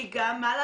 כי מה לעשות,